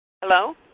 Hello